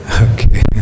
Okay